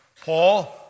Paul